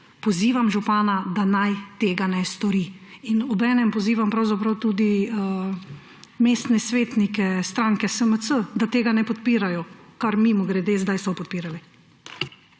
pozivam župana, da naj tega ne stori. Obenem pozivam pravzaprav tudi mestne svetnike stranke SMC, da tega ne podpirajo, kar mimogrede zdaj so podpirali.